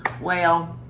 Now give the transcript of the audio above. well,